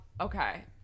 Okay